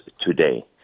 today